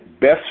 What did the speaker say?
best